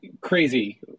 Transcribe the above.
crazy